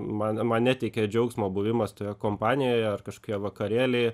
man man neteikė džiaugsmo buvimas toje kompanijoje ar kažkokie vakarėliai